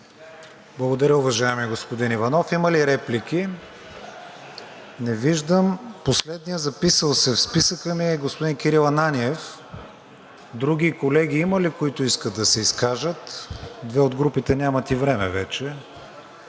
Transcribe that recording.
Благодаря, уважаеми господин Иванов. Има ли реплики? Не виждам. Последният записал се в списъка ми е господин Кирил Ананиев. Други колеги има ли, които искат да се изкажат? Две от групите нямат и време вече.